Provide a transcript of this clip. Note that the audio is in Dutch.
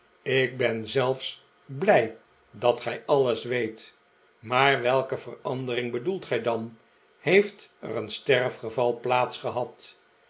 ik ben zelfs blij dat gij alles weet maar welke verandering bedoelt gij dan heeft er een sterfgeval